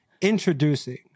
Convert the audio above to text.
Introducing